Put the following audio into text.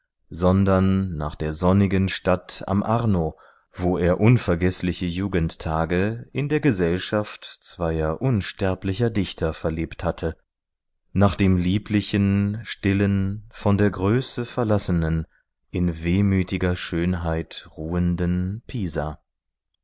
sondern nach der sonnigen stadt am arno wo er unvergeßliche jugendtage in der gesellschaft zweier unsterblicher dichter verlebt hatte nach dem lieblichen stillen von der größe verlassenen in wehmütiger schönheit ruhenden pisa